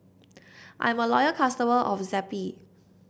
I'm a loyal customer of Zappy